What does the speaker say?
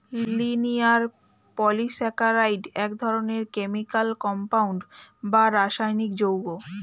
linear polysaccharide এক ধরনের chemical compound বা রাসায়নিক যৌগ